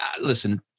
Listen